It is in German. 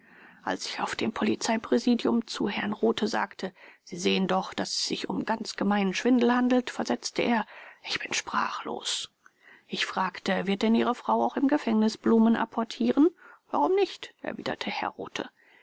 als ich auf dem polizeipräsidium zu herrn rothe sagte sie sehen doch daß es sich um ganz gemeinen schwindel handelt versetzte er ich bin sprachlos ich fragte wird denn ihre frau auch im gefängnis blumen apportieren warum nicht erwiderte herr rothe